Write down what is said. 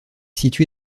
situé